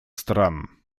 стран